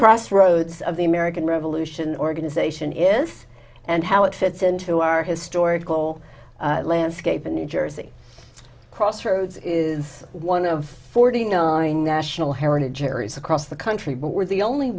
crossroads of the american revolution organization is and how it fits into our historical landscape in new jersey crossroads is one of forty nine heritage areas across the country but we're the only